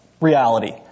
reality